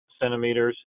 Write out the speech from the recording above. centimeters